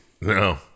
No